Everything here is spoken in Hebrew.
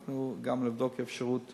אנחנו גם נבדוק אפשרות